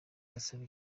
ndasaba